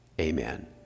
amen